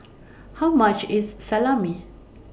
How much IS Salami